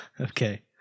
Okay